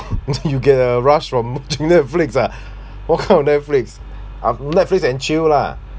you get a rush from Netflix ah what kind Netflix uh Netflix and chill lah